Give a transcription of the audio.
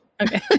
Okay